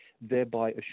thereby